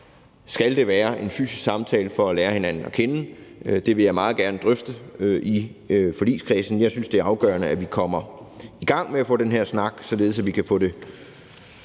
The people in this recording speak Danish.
skal være en fysisk samtale for at lære hinanden at kende. Det vil jeg meget gerne drøfte i forligskredsen. Jeg synes, det er afgørende, at vi får den her snak, således at vi kan få lavet